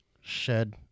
shed